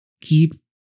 keep